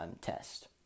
test